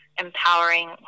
empowering